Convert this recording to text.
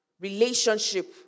relationship